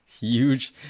huge